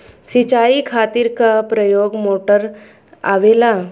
सिचाई खातीर क प्रकार मोटर आवेला?